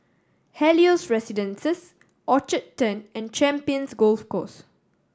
Helios Residences Orchard Turn and Champions Golf Course